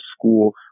school